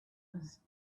was